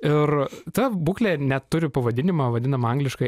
ir ta būklė neturi pavadinimo vadinama angliškai